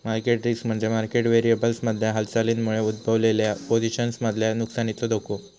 market risk म्हणजे market व्हेरिएबल्समधल्या हालचालींमुळे उद्भवलेल्या पोझिशन्समधल्या नुकसानीचो धोको